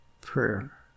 prayer